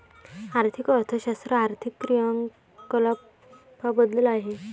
आर्थिक अर्थशास्त्र आर्थिक क्रियाकलापांबद्दल आहे